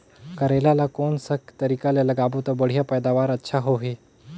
करेला ला कोन सा तरीका ले लगाबो ता बढ़िया पैदावार अच्छा होही?